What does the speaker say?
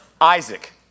Isaac